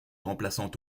remplaçants